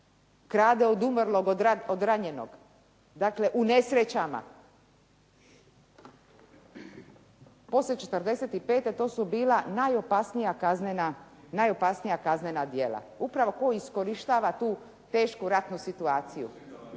krade od umrlog od ranjenog. Dakle u nesrećama. Poslije '45. to su bila najopasnija kaznena djela, upravo tko iskorištava tu tešku ratnu situaciju.